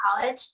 college